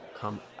come